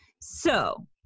So-